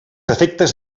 efectes